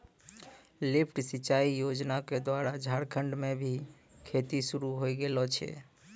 lift सिंचाई योजना क द्वारा झारखंड म भी खेती शुरू होय गेलो छै